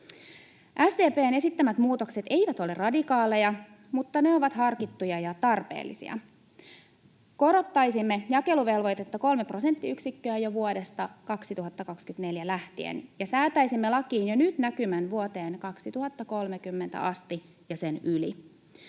SDP:n esittämät muutokset eivät ole radikaaleja, mutta ne ovat harkittuja ja tarpeellisia. Korottaisimme jakeluvelvoitetta kolme prosenttiyksikköä jo vuodesta 2024 lähtien ja säätäisimme lakiin jo nyt näkymän vuoteen 2030 asti ja sen yli.